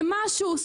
זה משהו,